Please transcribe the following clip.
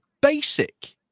basic